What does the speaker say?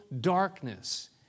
darkness